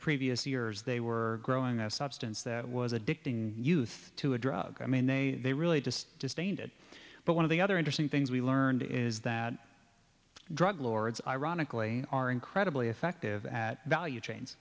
previous years they were growing that substance that was addicting youth to a drug i mean they really just disdained it but one of the other interesting things we learned is that drug lords ironically are incredibly effective at value chains